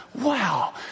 wow